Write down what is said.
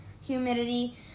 humidity